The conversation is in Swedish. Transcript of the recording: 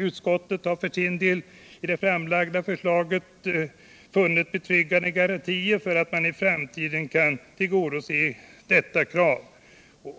Utskottet har för sin del i det framlagda förslaget funnit betryggande garantier för att man i framtiden kan tillgodose detta krav,